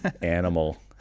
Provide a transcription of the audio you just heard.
animal